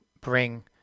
bring